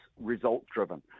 result-driven